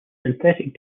synthetic